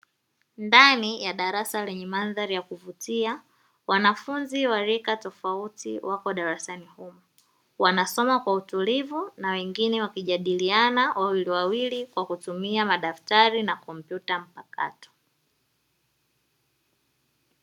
Ndani ya darasa lenye mandari ya kuvutia wanafunzi wa rika tofauti wako darasani humo wanasoma kwa utulivu na wengine wakijadiliana wawiliwawili kwa kutumia madaftari na kompyuta mpakato.